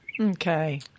Okay